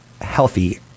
healthy